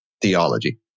theology